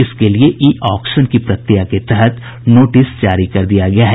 इसके लिए e auction की प्रक्रिया के तहत नोटिस जारी कर दिया गया है